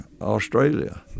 Australia